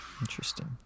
Interesting